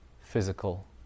physical